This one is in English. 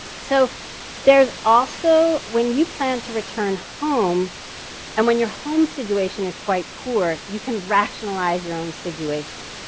so there's also, when you plan to return home and when your home situation is quite poor, you can rationalize your own situation.